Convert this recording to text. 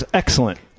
Excellent